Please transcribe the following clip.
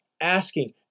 asking